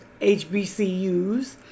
HBCUs